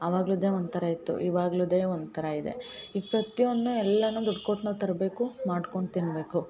ಅವಾಗಿದ್ದೇ ಒಂಥರ ಇತ್ತು ಇವಾಗಿದ್ದೇ ಒಂಥರ ಇದೆ ಈಗ ಪ್ರತಿಯೊಂದನ್ನೂ ಎಲ್ಲಾನು ದುಡ್ಡು ಕೊಟ್ಟು ನಾವು ತರಬೇಕು ಮಾಡ್ಕೊಂಡು ತಿನ್ನಬೇಕು